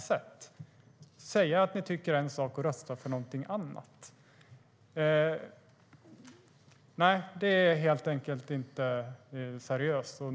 Ni kan inte säga att ni tycker en sak men rösta för någonting annat. Det är helt enkelt inte seriöst.